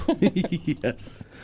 Yes